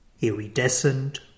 Iridescent